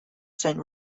saint